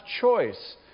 choice